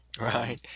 right